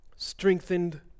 Strengthened